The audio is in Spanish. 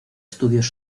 estudios